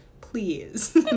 please